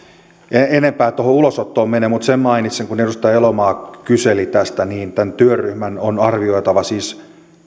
enempää tuohon ulosottoon mene mutta sen mainitsen kun edustaja elomaa kyseli tästä että tämän työryhmän on arvioitava siis